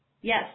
Yes